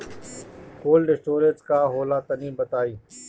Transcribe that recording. Cold storage का होला तनि बताई?